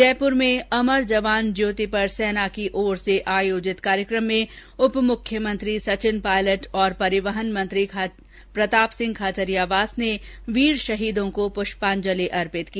जयपुर में अमर जवान ज्योति पर सेना की ओर से आयोजित कार्यक्रम में उप मुख्यमंत्री सचिन पायलट और परिवहन मंत्री प्रताप सिंह खाचरियावास ने वीर शहीदों को पुष्पांजलि अर्पित की